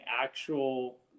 actual